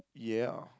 ya